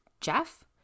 Jeff